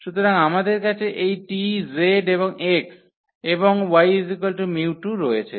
সুতরাং আমাদের কাছে এই t z এবং x এবং y𝜇2 রয়েছে